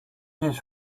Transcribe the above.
his